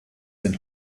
denn